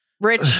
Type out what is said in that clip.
rich